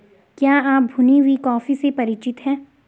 क्या आप भुनी हुई कॉफी से परिचित हैं?